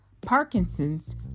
Parkinson's